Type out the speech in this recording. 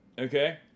okay